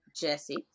Jesse